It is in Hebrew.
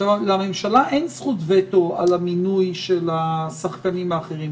לממשלה אין זכות וטו על המינוי של השחקנים האחרים,